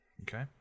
Okay